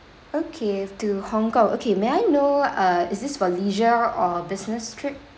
okay to hong kong okay may I know uh is this for leisure or business trip